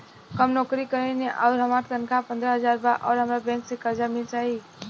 हम नौकरी करेनी आउर हमार तनख़ाह पंद्रह हज़ार बा और हमरा बैंक से कर्जा मिल जायी?